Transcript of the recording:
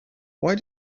why